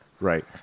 Right